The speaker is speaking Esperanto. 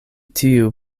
tiu